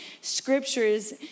scriptures